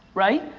right.